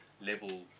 level